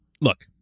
look